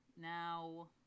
Now